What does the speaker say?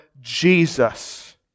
Jesus